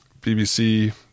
BBC